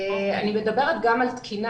אני מדברת גם על תקינה.